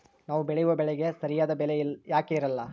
ನಾವು ಬೆಳೆಯುವ ಬೆಳೆಗೆ ಸರಿಯಾದ ಬೆಲೆ ಯಾಕೆ ಇರಲ್ಲಾರಿ?